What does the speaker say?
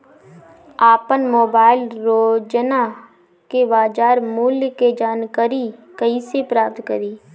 आपन मोबाइल रोजना के बाजार मुल्य के जानकारी कइसे प्राप्त करी?